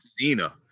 Cena